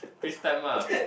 peace time ah